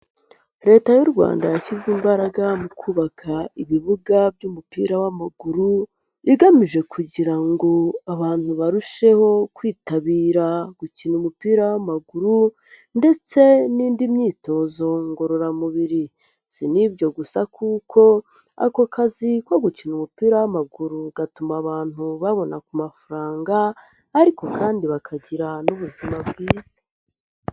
Leta y'u Rwanda yashyize imbaraga mu kubaka ibibuga by'umupira w'amaguru igamije kugira ngo abantu barusheho kwitabira gukina umupira w'amaguru ndetse n'indi myitozo ngororamubiri, si n'ibyo gusa kuko ako kazi ko gukina umupira w'amaguru gatuma abantu babona ku mafaranga ariko kandi bakagira n'ubuzima bwiza.